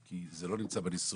כי זה לא נמצא בניסוח,